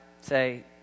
say